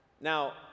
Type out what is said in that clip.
Now